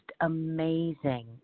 amazing